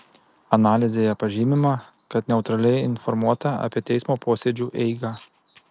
analizėje pažymima kad neutraliai informuota apie teismo posėdžių eigą